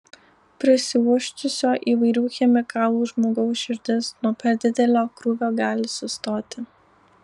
prisiuosčiusio įvairių chemikalų žmogaus širdis nuo per didelio krūvio gali sustoti